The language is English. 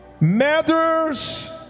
matters